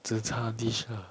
zi char dish lah